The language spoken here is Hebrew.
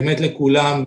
באמת לכולם,